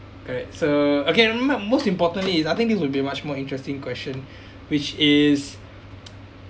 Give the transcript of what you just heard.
correct so okay remember most importantly is I think this will be much more interesting question which is